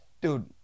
Dude